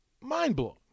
mind-blowing